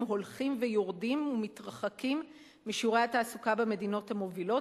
הולכים ויורדים ומתרחקים משיעורי התעסוקה במדינות המובילות,